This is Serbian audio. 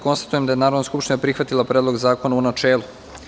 Konstatujem da je Narodna skupština prihvatila Predlog zakona, u načelu.